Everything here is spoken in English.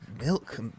milk